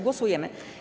Głosujemy.